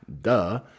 duh